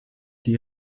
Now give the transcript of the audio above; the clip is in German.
die